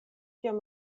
kiam